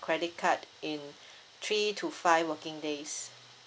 credit card in three to five working days